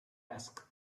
asked